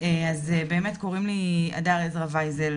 אז באמת, קוראים לי הדר עזרא ויזה.